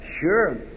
Sure